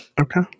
Okay